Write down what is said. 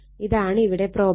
ഇതാണ് ഇവിടെ പ്രോബ്ലം